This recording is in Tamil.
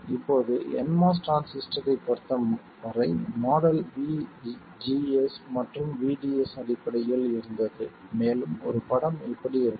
இப்போது nMOS டிரான்சிஸ்டரைப் பொறுத்தவரை மாடல் vGS மற்றும் vDS அடிப்படையில் இருந்தது மேலும் ஒரு படம் இப்படி இருக்கும்